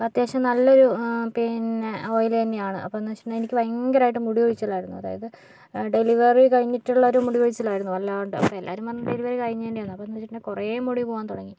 അപ്പോൾ അത്യാവശ്യം നല്ലൊരു പിന്നെ ഓയിൽ തന്നെയാണ് അപ്പോഴെന്ന് വെച്ചിട്ടുണ്ടെങ്കില് എനിക്ക് ഭയങ്കരമായിട്ട് മുടി കൊഴിച്ചിലായിരുന്നു അതായത് ഡെലിവറി കഴിഞ്ഞിട്ടുള്ളൊരു ഒരു മുടി കൊഴിച്ചിലായിരുന്നു വല്ലാണ്ട് എല്ലാവരും പറഞ്ഞു ഡെലിവറി കഴിഞ്ഞതിന്റെയാണെന്ന് അപ്പോൾ പിന്നെ കുറേ മുടി പോവാൻ തുടങ്ങി